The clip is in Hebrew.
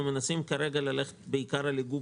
אנחנו מנסים כרגע ללכת בעיקר על איגום